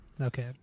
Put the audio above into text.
Okay